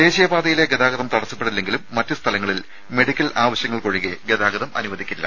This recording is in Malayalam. ദേശീയപാതയിലെ ഗതാഗതം തടസ്സപ്പെടില്ലെങ്കിലും മറ്റ് സ്ഥലങ്ങളിൽ മെഡിക്കൽ ആവശ്യങ്ങൾക്കൊഴികെ ഗതാഗതം അനുവദിക്കില്ല